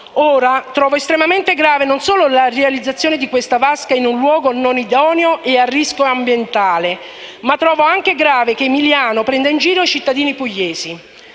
dunque estremamente grave non solo la realizzazione di questa vasca in un luogo non idoneo e a rischio ambientale, ma trovo anche grave che Emiliano prenda in giro i cittadini pugliesi.